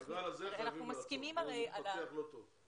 את הגל הזה חייבים לעצור, הוא מתפתח לא טוב.